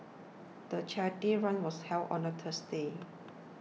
the charity run was held on a Tuesday